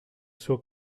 seu